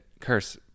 curse